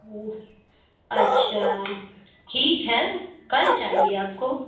اوہ اچھا ٹھیک ہے کل چاہیے آپ کو